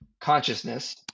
consciousness